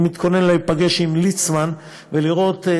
אני מתכונן להיפגש עם ליצמן ולראות.